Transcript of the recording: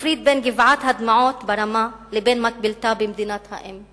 מפרידים בין "גבעת הדמעות" ברמה לבין מקבילתה במדינת האם,